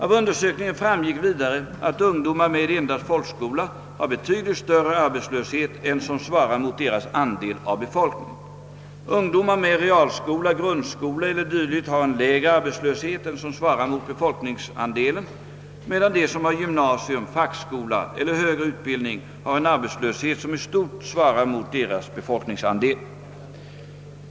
Av undersökningen framgick vidare att ungdomar med endast folkskola har betydligt större arbetslöshet än som svarar mot deras andel av befolkningen. Ungdomar med realskola, grundskola e.d. har en lägre arbetslöshet än som svarar mot befolkningsandelen, medan de som har gymnasium, fackskola eller högre utbildning har en arbetslöshet som i stort svarar mot deras befolkningsandel.